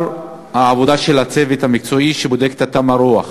העבודה של הצוות המקצועי שבודק את תמ"א רוח?